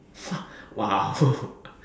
!wah! !wow!